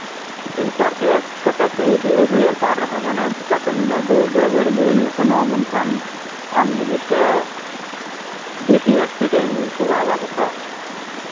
filter ᱠᱟᱛᱮᱫ ᱟᱹᱜᱩᱭᱮᱫ ᱠᱟᱱ ᱨᱮᱦᱚᱸ ᱢᱟᱱᱮ ᱪᱤᱠᱟᱹᱛᱮ ᱱᱩᱱᱟᱹᱜ ᱵᱮᱼᱵᱟᱹᱲᱤᱡ ᱦᱩᱭᱩᱜ ᱠᱟᱱᱟ ᱢᱮᱱᱠᱷᱟᱱ ᱟᱢ ᱞᱟᱹᱜᱤᱫ ᱛᱮ ᱫᱮᱥᱤ ᱮᱥ ᱯᱤ ᱴᱷᱮᱱ ᱠᱚᱨᱟᱣᱟ ᱵᱟᱠᱷᱟᱱ